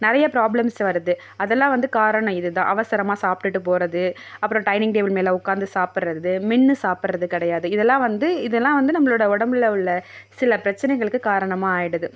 நிறைய ப்ராப்ளம்ஸ் வருது அதெல்லாம் வந்து காரணம் இது தான் அவசரமாக சாப்பிட்டுட்டு போகறது அப்புறம் டைனிங் டேபிள் மேலே உட்காந்து சாப்பிட்றது மென்று சாப்பிட்றது கிடையாது இதெல்லாம் வந்து இதெல்லாம் வந்து நம்பளோட உடம்புல உள்ள சில பிரச்சனைகளுக்கு காரணமாக ஆயிடுது